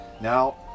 Now